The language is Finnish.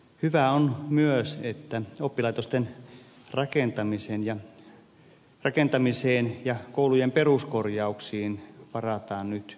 hyvää on myös että oppilaitosten rakentamiseen ja koulujen peruskorjauksiin varataan nyt rahaa